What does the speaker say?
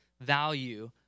value